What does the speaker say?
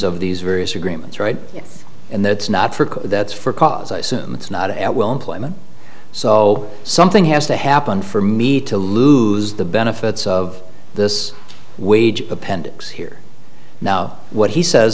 of these various agreements right and that's not for that's for cause it's not at will employment so something has to happen for me to lose the benefits of this wage appendix here now what he says